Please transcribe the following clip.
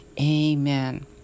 Amen